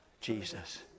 Jesus